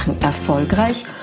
erfolgreich